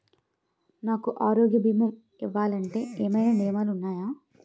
నాకు ఆరోగ్య భీమా ఇవ్వాలంటే ఏమైనా నియమాలు వున్నాయా?